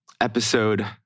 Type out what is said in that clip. episode